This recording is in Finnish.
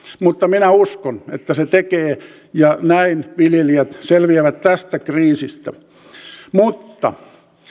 mutta minä uskon että se tekee ja näin viljelijät selviävät tästä kriisistä mutta